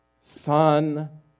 Son